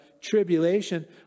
tribulation